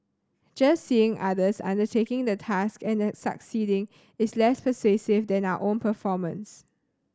just seeing others undertaking the task and succeeding is less persuasive than our own performance